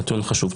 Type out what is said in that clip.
נתון חשוב.